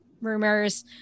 rumors